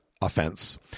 offense